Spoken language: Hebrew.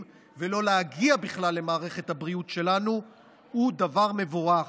ולא להגיע בכלל למערכת הבריאות שלנו הוא דבר מבורך.